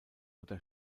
oder